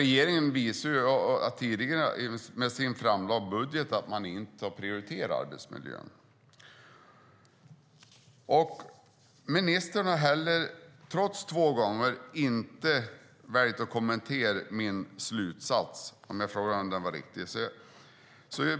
Regeringen visar med sin framlagda budget att man inte prioriterar arbetsmiljön. Ministern har, trots två möjligheter, valt att inte kommentera min fråga om min slutsats är riktig.